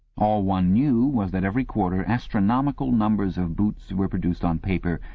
all one knew was that every quarter astronomical numbers of boots were produced on paper,